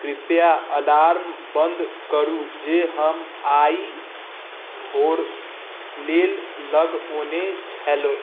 कृपया अलार्म बंद करू जे हम आइ भोरक लेल लगओने छलहुँ